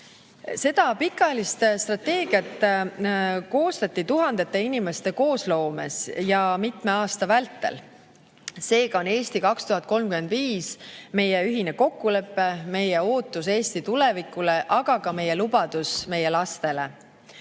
Seda pikaajalist strateegiat koostati tuhandete inimeste koosloomes ja mitme aasta vältel. Seega on "Eesti 2035" meie ühine kokkulepe, meie ootus Eesti tulevikule, aga ka meie lubadus meie lastele.